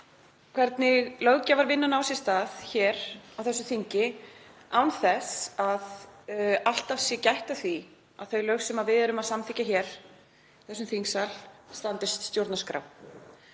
hvernig löggjafarvinnan á sér stað hér á þessu þingi án þess að alltaf sé gætt að því að þau lög sem við erum að samþykkja hér í þessum þingsal standist stjórnarskrá